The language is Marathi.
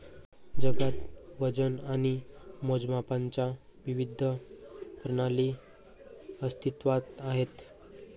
जगात वजन आणि मोजमापांच्या विविध प्रणाली अस्तित्त्वात आहेत